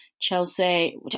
Chelsea